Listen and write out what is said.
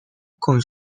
con